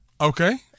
Okay